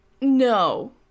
no